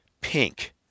pink